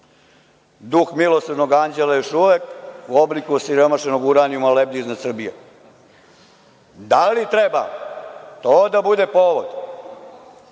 Duh „milosrdnog anđela“ još uvek u obliku osiromašenog uranijuma lebdi nad Srbijom. Da li treba to da bude povod